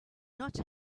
not